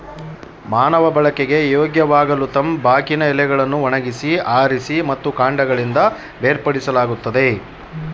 ಮಾನವ ಬಳಕೆಗೆ ಯೋಗ್ಯವಾಗಲುತಂಬಾಕಿನ ಎಲೆಗಳನ್ನು ಒಣಗಿಸಿ ಆರಿಸಿ ಮತ್ತು ಕಾಂಡಗಳಿಂದ ಬೇರ್ಪಡಿಸಲಾಗುತ್ತದೆ